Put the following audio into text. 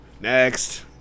Next